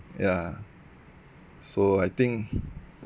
ya so I think